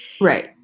Right